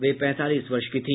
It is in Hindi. वे पैंतालीस वर्ष की थी